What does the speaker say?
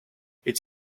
it’s